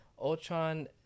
Ultron